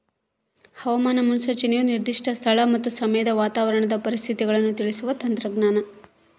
ಹವಾಮಾನ ಮುನ್ಸೂಚನೆಯು ನಿರ್ದಿಷ್ಟ ಸ್ಥಳ ಮತ್ತು ಸಮಯದ ವಾತಾವರಣದ ಪರಿಸ್ಥಿತಿಗಳನ್ನು ತಿಳಿಸುವ ತಂತ್ರಜ್ಞಾನ